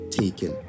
taken